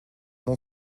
mon